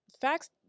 facts